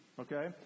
Okay